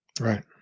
right